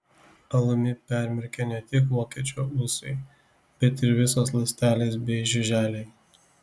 alumi permirkę ne tik vokiečio ūsai bet ir visos ląstelės bei žiuželiai